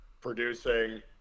producing